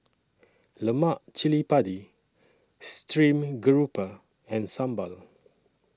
Lemak Sili Padi Stream Grouper and Sambal